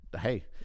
Hey